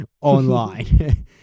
online